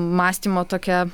mąstymo tokia